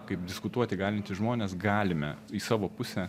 kaip diskutuoti galintys žmonės galime į savo pusę